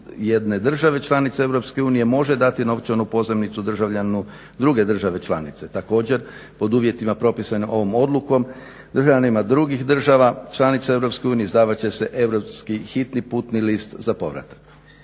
jedne države članice EU može dati novčanu pozajmicu državljaninu druge države članice. Također pod uvjetima propisanim ovom odlukom državljanima drugih država članica EU izdavat će se europski hitni putni list za povratak.